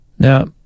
Now